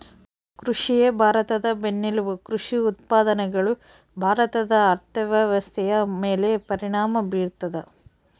ಕೃಷಿಯೇ ಭಾರತದ ಬೆನ್ನೆಲುಬು ಕೃಷಿ ಉತ್ಪಾದನೆಗಳು ಭಾರತದ ಅರ್ಥವ್ಯವಸ್ಥೆಯ ಮೇಲೆ ಪರಿಣಾಮ ಬೀರ್ತದ